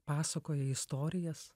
pasakoja istorijas